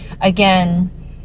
again